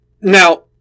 Now